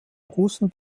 russen